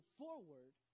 forward